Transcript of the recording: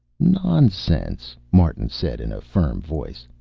nonsense, martin said in a firm voice.